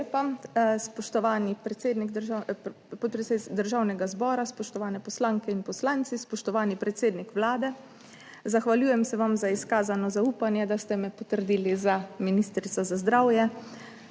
podpredsednik Državnega zbora, spoštovane poslanke in poslanci, spoštovani predsednik Vlade! Zahvaljujem se vam za izkazano zaupanje, da ste me potrdili za ministrico za zdravje.